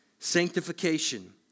Sanctification